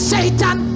Satan